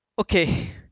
Okay